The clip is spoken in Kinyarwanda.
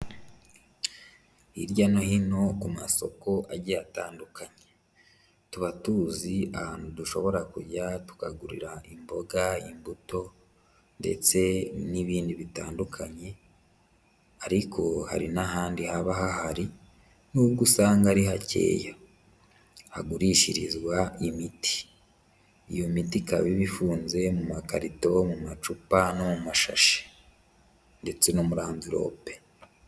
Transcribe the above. Hirya no hino ku masoko agiye atandukanye, tuba tuzi ahantu dushobora kujya tukagurira imboga, imbuto ndetse n'ibindi bitandukanye, ariko hari n'ahandi haba hahari nubwo usanga ari hakeya hagurishirizwa imiti, iyo miti ikaba iba ifunze mu makarito, mu macupa no mu mashashi ndetse no muri amvirope.